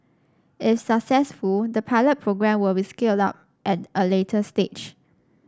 if successful the pilot programme will be scaled up at a later stage